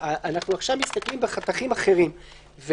אנחנו עכשיו מסתכלים בחתכים אחרים.